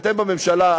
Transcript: אתם בממשלה,